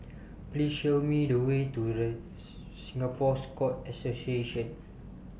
Please Show Me The Way to Singapore Scout Association